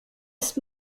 ist